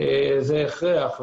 זה הכרח.